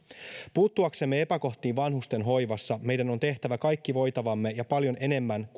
puuttuaksemme epäkohtiin vanhustenhoivassa meidän on tehtävä kaikki voitavamme ja paljon enemmän